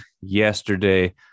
yesterday